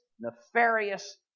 nefarious